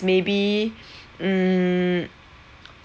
maybe mm